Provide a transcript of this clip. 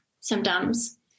symptoms